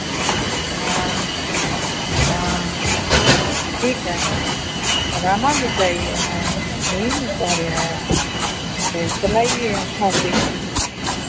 हाँ हाँ ठीक है रहना भी चाहिए हँ वही ना कह रहे हैं तो चलाइए अच्छा से